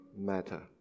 matter